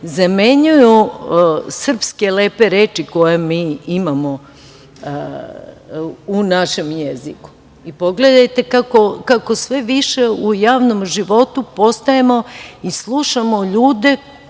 zamenjuju lepe srpske reči koje mi imamo u našem jeziku. Pogledajte kako sve više u javnom životu postajemo i slušamo ljude kojima